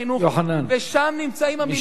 ושם נמצאים המיליארדים,